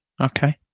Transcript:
Okay